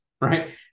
Right